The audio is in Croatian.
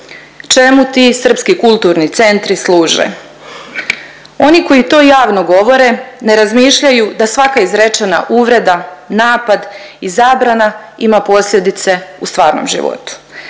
čemu ti srpski kulturni centri služe. Oni koji to javno govore ne razmišljaju da svaka izrečena uvreda, napad i zabrana ima posljedice u stvarnom životu.